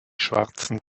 schwarzen